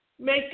make